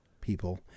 people